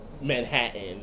Manhattan